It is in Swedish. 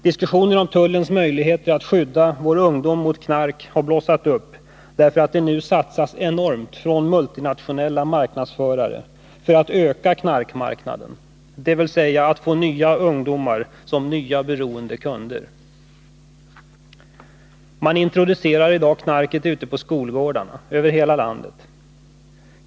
Diskussionen om tullens möjligheter att skydda vår ungdom mot knark har blossat upp därför att det nu satsas enormt från multinationella marknadsförare för att öka knarkmarknaden, dvs. för att de skall få nya ungdomar som beroende kunder. Knarket introduceras i dag ute på skolgårdarna — över hela landet.